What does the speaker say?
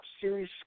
Series